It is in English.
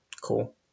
cool